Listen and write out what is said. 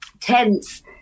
tense